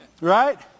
Right